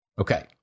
Okay